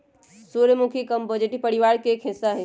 सूर्यमुखी कंपोजीटी परिवार के एक हिस्सा हई